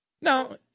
Now